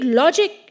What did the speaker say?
logic